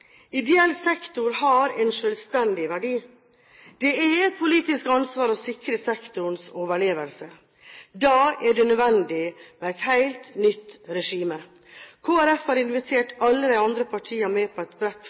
Ideell sektor har en selvstendig verdi. Det er et politisk ansvar å sikre sektorens overlevelse. Da er det nødvendig med et helt nytt regime. Kristelig Folkeparti har invitert alle de andre partiene med på et bredt